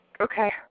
Okay